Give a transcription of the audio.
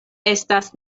estas